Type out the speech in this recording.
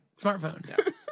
Smartphone